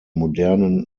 modernen